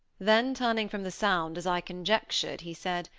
then turning from the sound, as i conjectured, he said